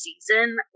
season